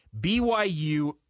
BYU